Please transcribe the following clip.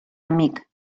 amic